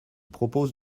propose